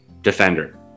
defender